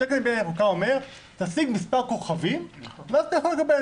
התקן לבנייה ירוקה אומר תשיג מספר כוכבים ואז אתה יכול לקבל,